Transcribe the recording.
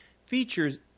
features